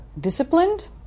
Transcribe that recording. disciplined